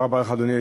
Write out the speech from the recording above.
אדוני.